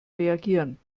reagieren